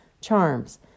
charms